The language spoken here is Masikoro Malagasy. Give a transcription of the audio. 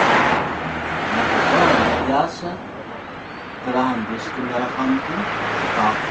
Lafa zaho handeha hiasa, ty raha handesiko miarak'amiko eny, kitapo.